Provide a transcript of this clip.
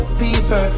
people